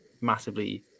massively